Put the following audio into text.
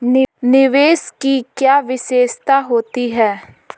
निवेश की क्या विशेषता होती है?